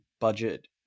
budget